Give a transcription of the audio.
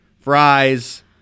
fries